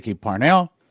Parnell